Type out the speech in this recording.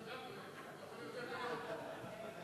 הוא לא כזה,